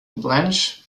blanche